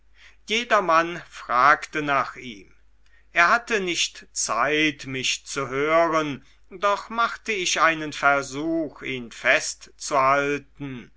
jedermann fragte nach ihm er hatte nicht zeit mich zu hören doch machte ich einen versuch ihn festzuhalten